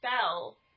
spell